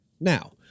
Now